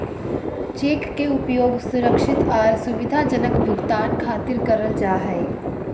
cheque के उपयोग सुरक्षित आर सुविधाजनक भुगतान खातिर करल जा हय